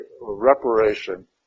reparation